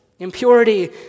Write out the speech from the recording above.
Impurity